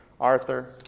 Arthur